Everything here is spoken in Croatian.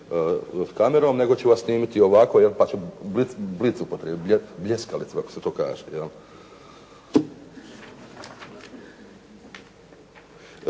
sa kamerom, nego ću vas snimiti ovako pa ću blic upotrijebiti, bljeskalicu kako se to kaže.